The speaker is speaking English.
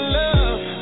love